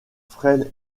frêle